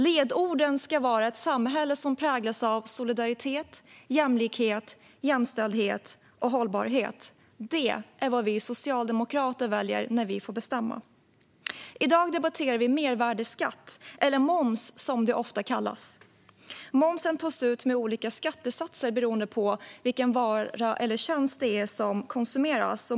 Ledorden ska vara ett samhälle som präglas av solidaritet, jämlikhet, jämställdhet och hållbarhet. Det är vad vi socialdemokrater väljer när vi får bestämma. I dag debatterar vi mervärdesskatt, eller moms, som det ofta kallas. Momsen tas ut med olika skattesatser beroende på vilken vara eller tjänst det är som konsumeras.